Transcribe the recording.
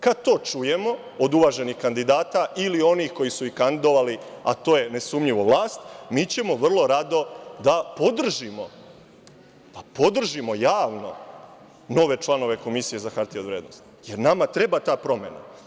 Kad to čujemo od uvaženih kandidata ili onih koji su ih kandidovali, a to je nesumnjivo vlast, mi ćemo vrlo rado da podržimo javno nove članove Komisije za hartije od vrednosti, jer nama treba ta promena.